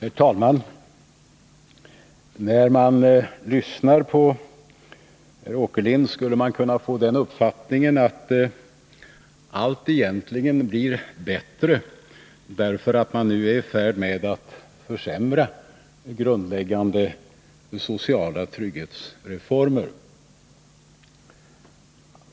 Herr talman! När man lyssnar på Allan Åkerlind skulle man kunna få den uppfattningen att allt egentligen blir bättre av att regeringen nu är i fäård med att försämra grundläggande sociala trygghetsreformer.